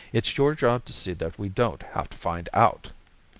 it's your job to see that we don't have to find out!